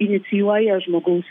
inicijuoja žmogaus